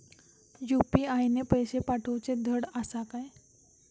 UPI ने पैशे पाठवूचे धड आसा काय?